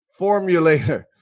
formulator